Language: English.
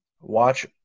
watch